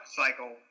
cycle